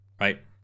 right